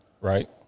Right